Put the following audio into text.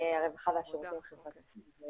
הרווחה והשירותים החברתיים.